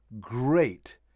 great